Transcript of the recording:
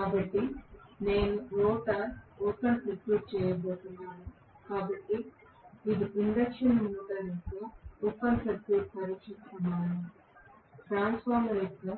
కాబట్టి నేను rotor open circuit చేయబోతున్నాను కాబట్టి ఇది ఇండక్షన్ మోటర్ యొక్క ఓపెన్ సర్క్యూట్ పరీక్షకు సమానం ట్రాన్స్ఫార్మర్ యొక్క